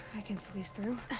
i can squeeze through.